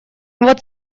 вот